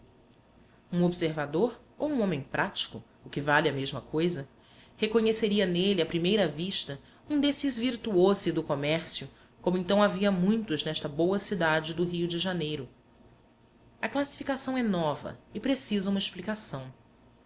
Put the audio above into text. um observador ou um homem prático o que vale a mesma coisa reconheceria nele à primeira vista um desses virtuosi do comércio como então havia muitos nesta boa cidade do rio de janeiro a classificação é nova e precisa uma explicação